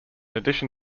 addition